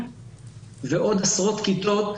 לשמוע את התייחסותך לנושא.